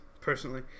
personally